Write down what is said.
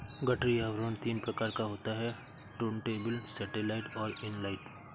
गठरी आवरण तीन प्रकार का होता है टुर्नटेबल, सैटेलाइट और इन लाइन